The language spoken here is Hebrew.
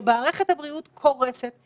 שמערכת הבריאות קורסת.